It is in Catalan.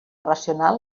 racional